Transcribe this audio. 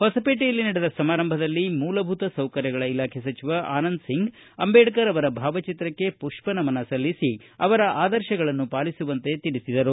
ಹೊಸಪೇಟೆಯಲ್ಲಿ ನಡೆದ ಸಮಾರಂಭದಲ್ಲಿ ಮೂಲಭೂತ ಸೌಕರ್ಯಗಳ ಇಲಾಖೆ ಸಚಿವ ಆನಂದ್ ಸಿಂಗ್ ಅಂಬೇಡ್ಕರ್ ಭಾವಚಿತ್ರಕ್ಕೆ ಪುಪ್ಪ ನಮನ ಸಲ್ಲಿಸಿ ಅವರ ಅದರ್ಶಗಳ ಪಾಲಿಸುವಂತೆ ತಿಳಿಸಿದರು